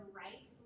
right